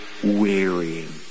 wearying